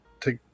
take